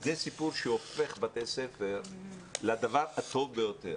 זה סיפור שהופך בתי ספר לדבר הטוב ביותר.